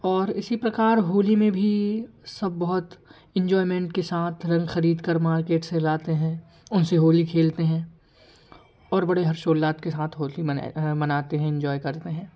और इसी प्रकार होली में भी सब बहुत एंजॉयमेंट के साथ रंग खरीदकर मार्केट से लाते हैं उनसे होली खेलते हैं और बड़े हर्षोल्लास के साथ होली मनाया मनाते हैं इंजॉय करते हैं